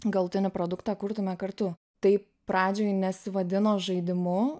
galutinį produktą kurtume kartu taip pradžioj nesivadino žaidimu